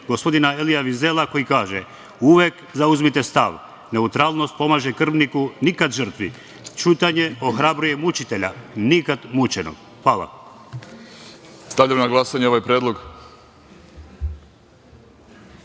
gospodina Elija Vizela koji kaže: „Uvek zauzmite stav - neutralnost pomaže krvniku, nikada žrtvi. Ćutanje ohrabruje mučitelja, nikad mučenog.“Hvala.